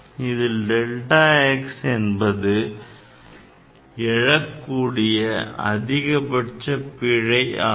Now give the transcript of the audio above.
இதில் delta x என்பது எழக் கூடிய அதிகபட்ச பிழையாகும்